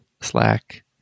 Slack